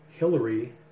Hillary